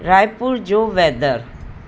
रायपुर जो वैदर